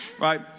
right